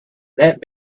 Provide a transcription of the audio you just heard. that